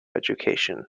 education